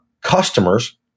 customers